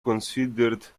considered